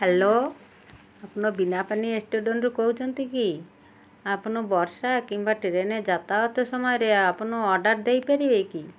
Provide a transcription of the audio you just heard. hello ଆପଣ ବୀଣାପାଣି ରେଷ୍ଟୁରାଣ୍ଟରୁ କହୁନ୍ତି କି ଆପଣ ବସ୍ କିମ୍ବା ଟ୍ରେନ୍ ଯାତାୟତ ସମୟରେ ଆପଣ ଅର୍ଡ଼ର ଦେଇପାରିବେ କି